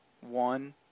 one